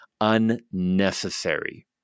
unnecessary